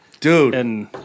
Dude